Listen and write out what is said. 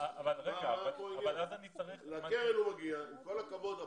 עם כל הכבוד,